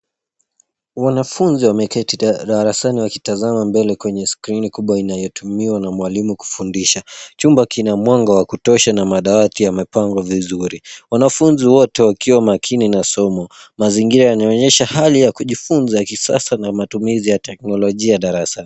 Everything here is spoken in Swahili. Wanafunzi wameketi darasani wakitazama mbele kwenye skrini kubwa inayotumiwa na mwalimu kufundisha. Chumba kina mwanga wa kutosha na madawati yamepangwa vizuri wanafunzi wote wakiwa makini na somo. Mazingira yanaonyesha hali ya kijifunza ya kisasa na matumizi ya teknolojia darasani.